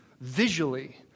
visually